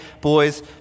boys